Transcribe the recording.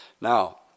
Now